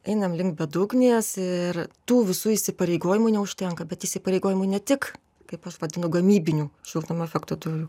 einam link bedugnės ir tų visų įsipareigojimų neužtenka bet įsipareigojimų ne tik kaip aš vadinu gamybinių šiltnamio efekto dujų